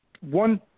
One